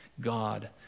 God